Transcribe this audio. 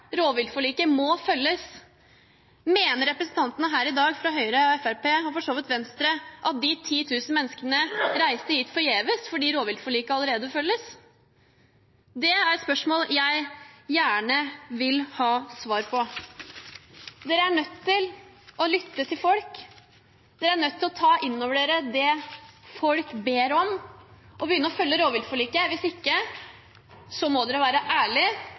rovviltforliket må følges. Mener representantene her i dag, fra Høyre, Fremskrittspartiet og for så vidt Venstre, at de 10 000 menneskene reiste hit forgjeves fordi rovviltforliket allerede følges? Det er spørsmål jeg gjerne vil ha svar på. Dere er nødt til å lytte til folk. Dere er nødt til å ta inn over dere det folk ber om, og begynne å følge rovviltforliket. Hvis ikke må dere være ærlig